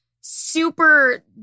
super